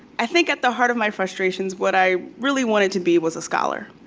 i think at the heart of my frustrations, what i really wanted to be was a scholar.